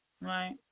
Right